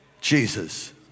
Jesus